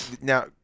now